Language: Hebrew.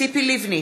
ציפי לבני,